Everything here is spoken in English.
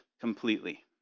completely